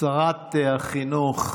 שרת החינוך